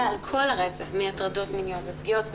על כל הרצף מהטרדות מיניות ופגיעות מיניות,